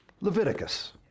Leviticus